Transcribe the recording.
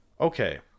Okay